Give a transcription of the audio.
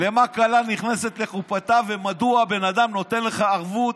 למה כלה נכנסת לחופתה ומדוע בן אדם נותן לך ערבות,